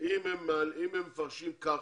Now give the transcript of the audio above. אם הם מפרשים כך,